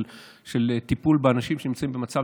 של טיפול באנשים שנמצאים במצב,